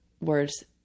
words